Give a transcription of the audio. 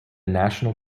national